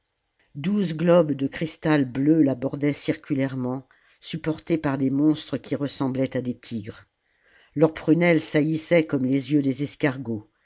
douze globes de cristal bleu la bordaient circulairement supportés par des monstres qui ressemblaient à des tigres leurs prunelles saillissaient comme les yeux des escargots